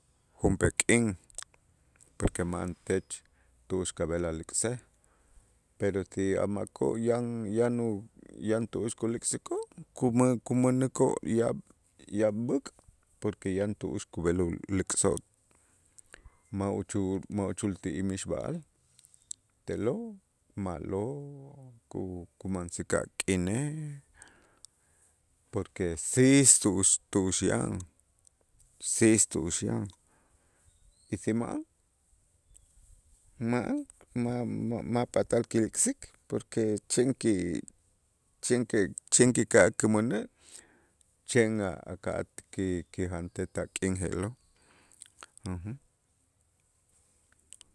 Junp'eel k'in porque ma'an tech tu'ux kab'el a lik'sej, pero si a' makoo' yan yanu yan tu'ux kulik'sikoo' kumä-kumänäkoo' yaab' yaab' b'äk', porque yan tu'ux kub'el ulik'soj ma' uchul ma' uchul ti'ij mixb'a'al te'lo' ma'lo' ku- kumansik a' k'inej, porque siis tu'ux tu'ux yan siis tu'ux yan y si ma'an ma'an ma'-ma'-ma' patal kilik'sik, porque chen ki- chen kika'aj chen kika'aj kumänä' chen a- aka'aj ki- kijantej tak'in je'lo'